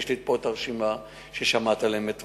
יש לי פה הרשימה ששמעת עליה אתמול.